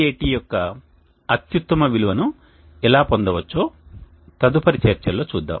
Hat యొక్క అత్యుత్తమ విలువను ఎలా పొందవచ్చో తదుపరి చర్చల్లో చూద్దాం